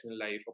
life